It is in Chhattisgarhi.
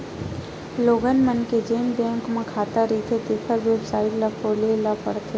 लोगन मन के जेन बैंक म खाता रहिथें तेखर बेबसाइट ल खोले ल परथे